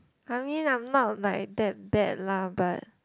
I mean I'm not like that bad lah but